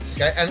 Okay